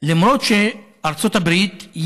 למרות שארצות הברית,